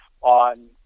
on